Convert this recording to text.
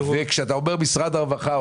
כשאתה אומר שהוסיפו למשרד הרווחה,